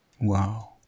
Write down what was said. Wow